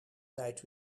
tijd